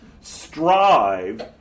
strive